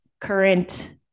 current